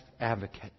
advocate